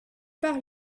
par